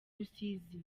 rusizi